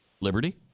Liberty